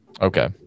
okay